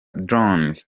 drones